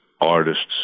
artists